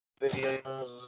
videos